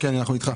כן, אנחנו איתך.